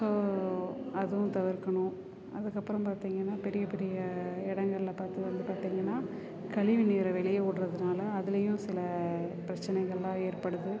so அதுவும் தவிர்க்கணும் அதுக்கப்புறம் பார்த்திங்கன்னா பெரிய பெரிய இடங்கள்ல பார்த்து வந்து பார்த்திங்கன்னா கழிவு நீரை வெளியவிட்றதுனால அதுலேயும் சில பிரச்சனைகள்லாம் ஏற்படுது